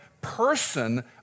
person